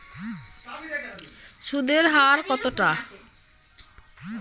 সুদের হার কতটা?